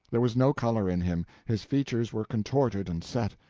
there was no color in him his features were contorted and set,